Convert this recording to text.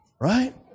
Right